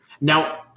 Now